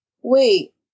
Wait